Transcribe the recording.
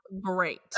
great